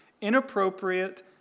inappropriate